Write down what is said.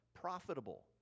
profitable